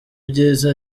ibyiza